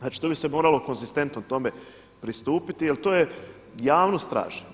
Znači tu bi se moralo konzistentno tome pristupiti jer to javnost traži.